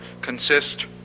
consist